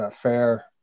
fair